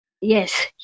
Yes